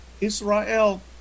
Israel